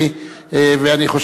העם היהודי,